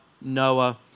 Noah